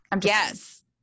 Yes